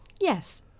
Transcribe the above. Yes